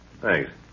Thanks